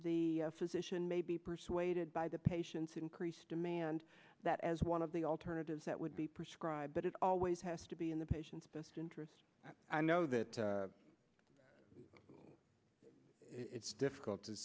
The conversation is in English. the physician may be persuaded by the patient's increased demand that as one of the alternatives that would be prescribed but it always has to be in the patient's best interest i know that it's difficult to